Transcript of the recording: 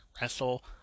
wrestle